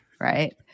Right